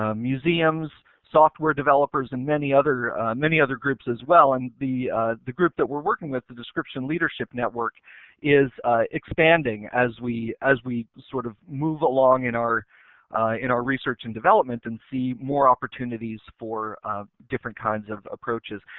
ah museums, software developers and many other many other groups as well. and the the group that we're working with the description leadership network is expanding as as we sort of move along in our in our research and development and see more opportunities for different kind of approaches.